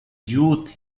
youth